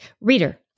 Reader